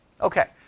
Okay